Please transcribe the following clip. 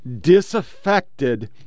disaffected